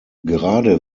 gerade